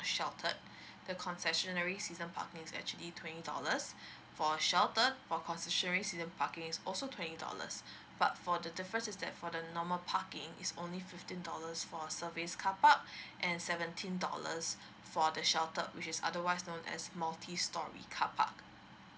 sheltered the concessionary season parking is actually twenty dollars for sheltered for concessionary season parking is also twenty dollars but for the difference is that for the normal parking is only fifteen dollars for service car park and seventeen dollars for the sheltered which is otherwise known as multi storey car park